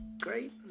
Great